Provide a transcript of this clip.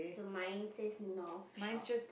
so mine says North Shore